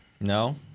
No